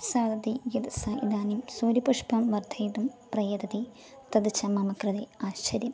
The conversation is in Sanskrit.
सति यद् स इदानीं सूर्यपुष्पं वर्धयितुं प्रयतते तद् च मम कृते आश्चर्यं